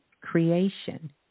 creation